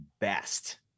best